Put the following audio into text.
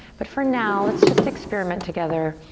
but for now let's just experiment together.